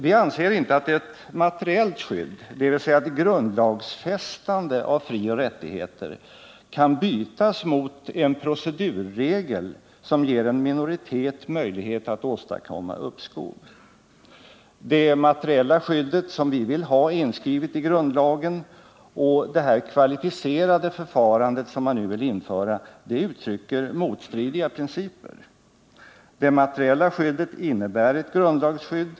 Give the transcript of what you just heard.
Vi anser inte att ett materiellt skydd, dvs. ett grundlagsfästande av frioch rättigheterna, kan bytas mot en procedurregel som ger en minoritet möjlighet att åstadkomma uppskov. Det materiella skydd som vi vill ha inskrivet i grundlagen och det kvalificerade förfarande som man nu vill införa uttrycker motstridiga principer. Det materiella skyddet innebär ett grundlagsskydd.